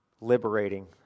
liberating